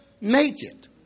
naked